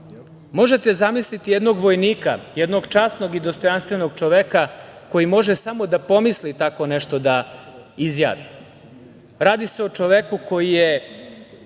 Srbiji. Možete zamisliti jednog vojnika, jednog časnog i dostojanstvenog čoveka koji može samo da pomisli tako nešto da izjavi. Radi se o čoveku koji je